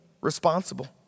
responsible